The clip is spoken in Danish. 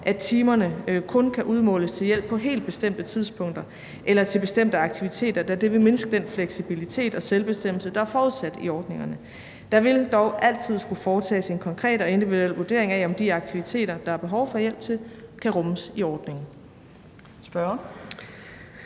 at timerne kun kan udmåles til hjælp på helt bestemte tidspunkter eller til bestemte aktiviteter, da det vil mindske den fleksibilitet og selvbestemmelse, der er forudsat i ordningerne. Der vil dog altid skulle foretages en konkret og individuel vurdering af, om de aktiviteter, der er behov for hjælp til, kan rummes i ordningen.